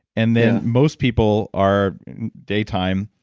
and then most people are daytime,